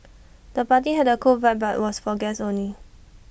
the party had A cool vibe but was for guests only